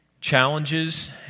challenges